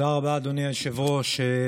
תודה רבה, אדוני היושב-ראש.